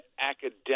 academic